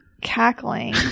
cackling